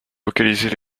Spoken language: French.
localiser